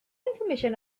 information